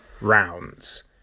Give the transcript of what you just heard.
rounds